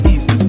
East